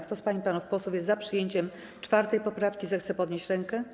Kto z pań i panów posłów jest za przyjęciem 4. poprawki, zechce podnieść rękę.